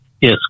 Yes